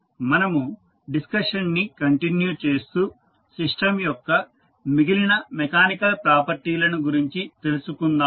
మనము డిస్కషన్ ని కంటిన్యూ చేస్తూ సిస్టం యొక్క మిగిలిన మెకానికల్ ప్రాపర్టీలను గురించి తెలుసుకుందాము